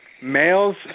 Males